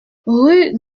rue